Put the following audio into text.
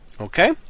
Okay